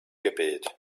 gebet